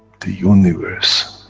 the universe